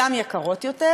גם יקרות יותר,